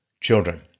children